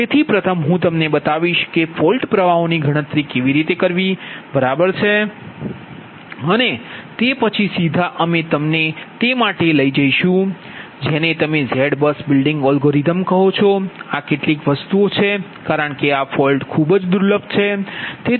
તેથી પ્રથમ હું તમને બતાવીશ કે ફોલ્ટ પ્રવાહોની ગણતરી કેવી રીતે કરવી બરાબર છે અને તે પછી સીધા અમે તમને તે માટે લઇ જઈશું જેને તમે z બસ બિલ્ડિંગ એલ્ગોરિધમ કહો છો આ કેટલીક વસ્તુઓ છે કારણ કે આ ફોલ્ટ ખૂબ જ દુર્લભ છે